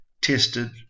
tested